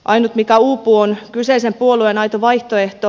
ainut mikä uupuu on kyseisen puolueen aito vaihtoehto